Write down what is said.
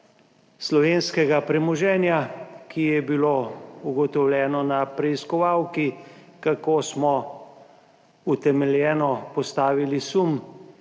slovenskega premoženja, ki je bilo ugotovljeno na preiskovalki, kako smo utemeljeno postavili sum,